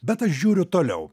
bet aš žiūriu toliau